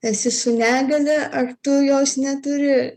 esi su negalia ar tu jos neturi